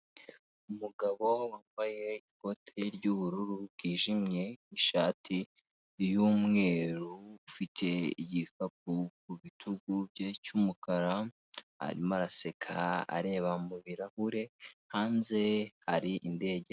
Umugabo wambaye ikote ry'ubururu bwijimye, ishati y'umweru ufite igikapu ku bitugu bye cy'umukara, arimo araseka areba mu birahure, hanze hari indege.